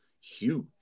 huge